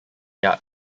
yard